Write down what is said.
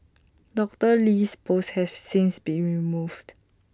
Doctor Lee's post has since been removed